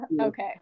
okay